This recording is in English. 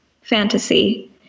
fantasy